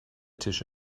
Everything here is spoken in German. tisch